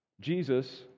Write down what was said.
Jesus